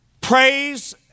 praise